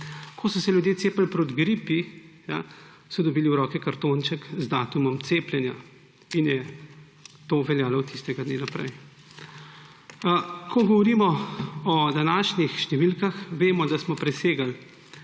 Ko so se ljudje cepili proti gripi, so dobili v roke kartonček z datumom cepljenja in je to veljalo od tistega dne naprej. Ko govorimo o današnjih številkah, vemo, da smo presegli